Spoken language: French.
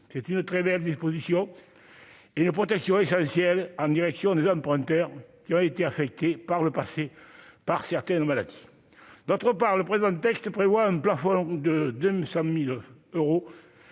c'est une très belle Exposition et une protection essentielle en direction des emprunteurs qui ont été affectés par le passé par certaines maladies, d'autre part, le président texte prévoit un plafond de 200000 euros